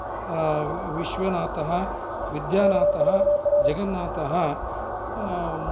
विश्वनाथः विद्यानाथः जगन्नाथः